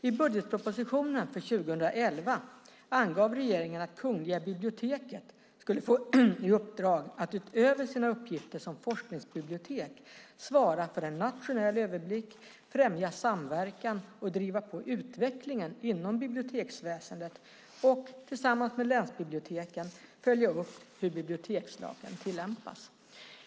I budgetpropositionen för 2011 angav regeringen att Kungliga biblioteket skulle få i uppdrag att utöver sina uppgifter som forskningsbibliotek svara för en nationell överblick, främja samverkan och driva på utvecklingen inom biblioteksväsendet och, tillsammans med länsbiblioteken, följa upp hur bibliotekslagen tillämpas.